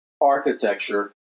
architecture